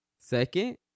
Second